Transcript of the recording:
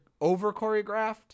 over-choreographed